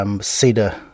cedar